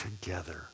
together